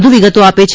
વધુ વિગતો આપે છે